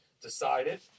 Decided